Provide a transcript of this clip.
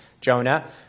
Jonah